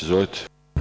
Izvolite.